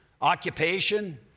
Occupation